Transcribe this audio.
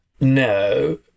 no